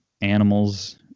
animals